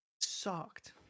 Sucked